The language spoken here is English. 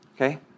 Okay